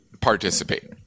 participate